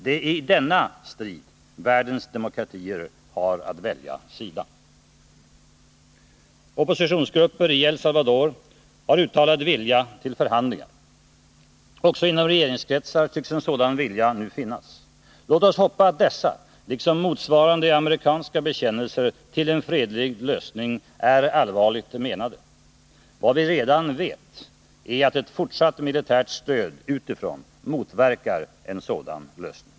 Det är i denna strid världens demokratier har att välja sida. Oppositionsgrupper i El Salvador har uttalat vilja till förhandlingar. Också inom regeringskretsar tycks en sådan vilja nu finnas. Låt oss hoppas att dessa liksom motsvarande amerikanska bekännelser till en fredlig lösning är allvarligt menade. Vad vi redan vet är att ett fortsatt militärt stöd utifrån motverkar en sådan lösning.